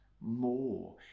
more